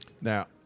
Now